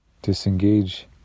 disengage